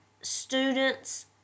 students